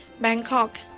Bangkok